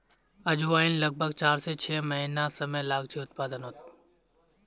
अजवाईन लग्ब्भाग चार से छः महिनार समय लागछे उत्पादनोत